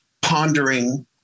pondering